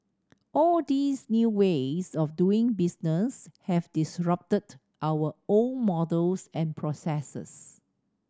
all these new ways of doing business have disrupted our old models and processes